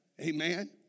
amen